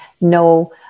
no